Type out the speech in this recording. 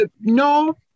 No